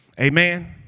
Amen